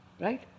Right